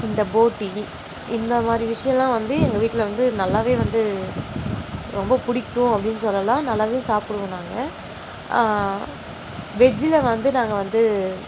இந்த போட்டி இந்த மாதிரி விஷியெமெல்லாம் வந்து எங்கள் வீட்டில் வந்து நல்லாவே வந்து ரொம்ப பிடிக்கும் அப்படின் சொல்லலாம் நல்லாவே சாப்பிடுவோம் நாங்கள் வெஜ்ஜில் வந்து நாங்கள் வந்து